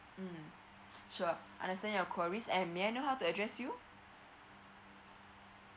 mm sure understand your queries and may I know how to address you